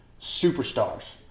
superstars